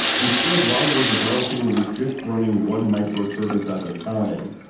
instead, while we're developing, we're just running one micro service at a time,